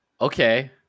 okay